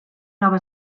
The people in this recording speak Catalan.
nova